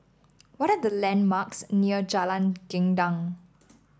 what are the landmarks near Jalan Gendang